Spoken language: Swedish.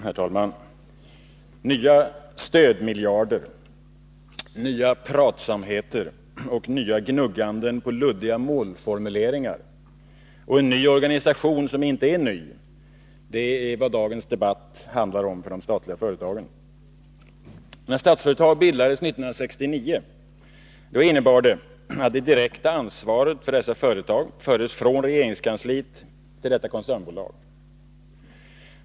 Herr talman! Nya stödmiljarder, nya pratsamheter och nya gnugganden på luddiga målformuleringar, och en ny organisation som inte är ny — det är vad dagens debatt handlar om för de statliga företagen. När Statsföretag bildades 1969 innebar det att det direkta ansvaret för dessa företag fördes från regeringskansliet till detta koncernbolag.